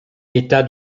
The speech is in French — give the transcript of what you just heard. état